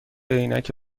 عینک